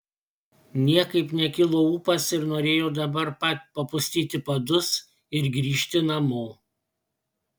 niekaip nekilo ūpas ir norėjo dabar pat papustyti padus ir grįžti namo